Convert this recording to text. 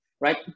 right